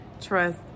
trust